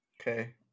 Okay